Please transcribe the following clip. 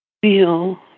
feel